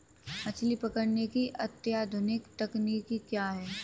मछली पकड़ने की अत्याधुनिक तकनीकी क्या है?